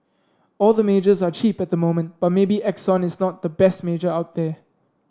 all the majors are cheap at the moment but maybe Exxon is not the best major out there